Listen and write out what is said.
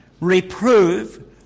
reprove